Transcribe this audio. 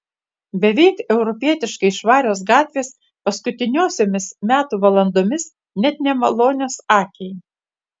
beveik europietiškai švarios gatvės paskutiniosiomis metų valandomis net nemalonios akiai